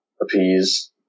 appease